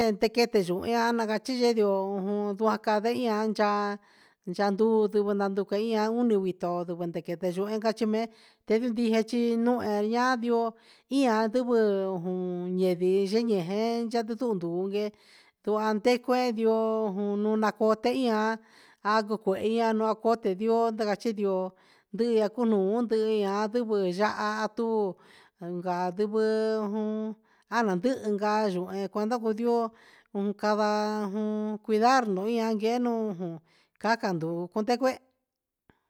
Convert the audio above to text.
En nde teque yu ian na cachi yee ndio ndua ca vehi ian ca ya ndu sivɨ nandu ian unie vitu nduve ndeque yu cachi mee tendiu ndique un aviu a andivɨ jun e ndi yei ni jen ndu ante cuee yo un nacote ian a nducuehi anu cote ian ndio na cachi ndioo ndihi cuu noo andvɨ yaha a tu gandivɨ jun a nandihi ca yu cuenda gu ndiu cava cuidar un ian yee caca ndu conde cuee.